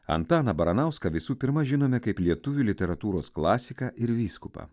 antaną baranauską visų pirma žinome kaip lietuvių literatūros klasiką ir vyskupą